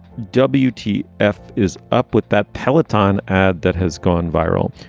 w t. f is up with that pellington ad that has gone viral.